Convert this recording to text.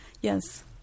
Yes